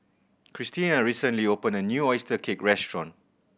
Kristina recently opened a new oyster cake restaurant